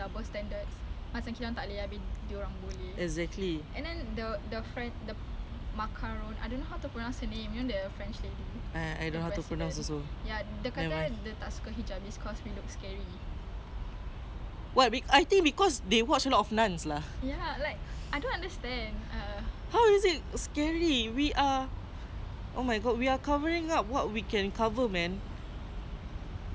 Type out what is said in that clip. I think because they watch a lot of nuns lah how is it scary we are oh my god we are covering up what we can cover man nevermind they don't understand we at least understand our religion nevermind as long as we believe in what our god trying to make us do nevermind they don't understand they don't need to understand lah they don't have to also